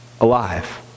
alive